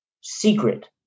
secret